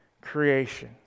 creation